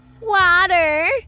Water